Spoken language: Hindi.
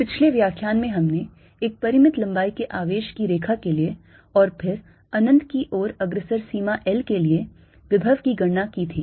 पिछले व्याख्यान में हमने एक परिमित लंबाई के आवेश की रेखा के लिए और फिर अनंत की ओर अग्रसर सीमा L के लिए विभव की गणना की थी